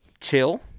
chill